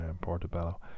Portobello